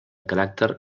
caràcter